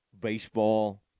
baseball